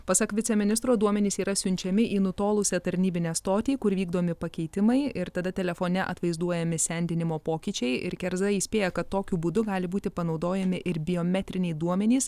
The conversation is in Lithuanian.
pasak viceministro duomenys yra siunčiami į nutolusią tarnybinę stotį kur vykdomi pakeitimai ir tada telefone atvaizduojami sendinimo pokyčiai ir kerza įspėja kad tokiu būdu gali būti panaudojami ir biometriniai duomenys